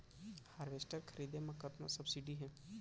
Harvester खरीदे म कतना सब्सिडी हे?